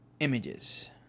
Images